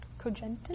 cogentin